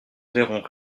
verrons